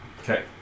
Okay